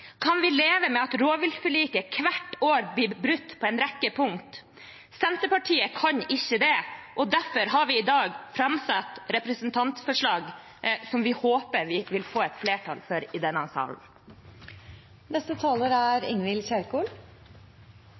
Kan vi leve med at rovviltforliket hvert år blir brutt på en rekke punkter? Senterpartiet kan ikke det. Derfor har vi i dag framsatt representantforslag som vi håper vi vil få flertall for i denne salen. Målet for Arbeiderpartiets helsepolitikk er